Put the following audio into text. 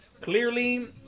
clearly